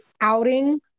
outing